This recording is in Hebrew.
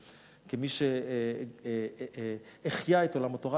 כמי שהחיה את עולם התורה,